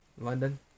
London